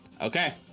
Okay